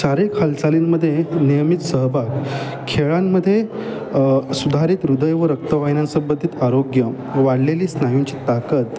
सारे हलचालींमध्ये नियमित सहभाग खेळांमध्ये सुधारितृदय व रक्तवायनांसबद्धीत आरोग्य वाढलेली स्नायूंची ताकत